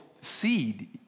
seed